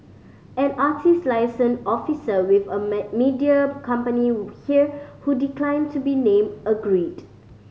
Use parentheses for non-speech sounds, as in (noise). an artist liaison officer with a (unintelligible) media company here who declined to be named agreed